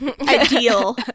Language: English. ideal